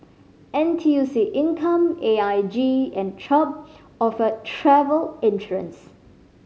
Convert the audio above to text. N T U C Income A I G and Chubb offer travel insurance